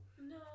No